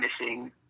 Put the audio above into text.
missing